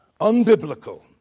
unbiblical